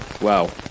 Wow